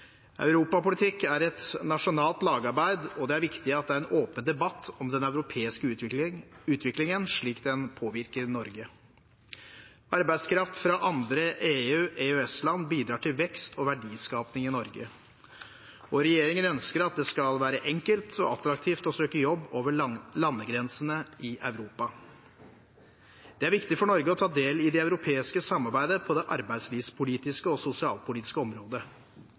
europapolitikk. Europapolitikk er et nasjonalt lagarbeid, og det er viktig at det er en åpen debatt om den europeiske utviklingen slik den påvirker Norge. Arbeidskraft fra andre EU/EØS-land bidrar til vekst og verdiskaping i Norge, og regjeringen ønsker at det skal være enkelt og attraktivt å søke jobb over landegrensene i Europa. Det er viktig for Norge å ta del i det europeiske samarbeidet på det arbeidslivspolitiske og sosialpolitiske området.